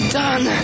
done